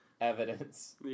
evidence